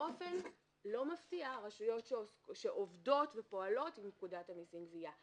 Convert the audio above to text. באופן לא מפתיע רשויות שעובדות ופועלות מפקודת המסים (גבייה).